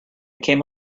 came